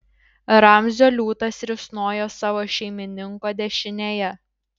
ramzio liūtas risnojo savo šeimininko dešinėje